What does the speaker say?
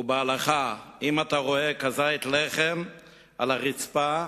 ובהלכה, אם אתה רואה כזית לחם על הרצפה,